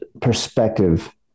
perspective